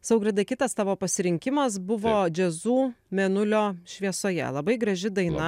saugirdai kitas tavo pasirinkimas buvo džiazu mėnulio šviesoje labai graži daina